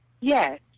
Yes